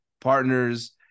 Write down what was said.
partners